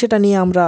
সেটা নিয়ে আমরা